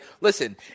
listen